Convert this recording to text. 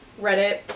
Reddit